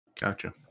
Gotcha